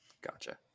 Gotcha